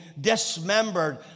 dismembered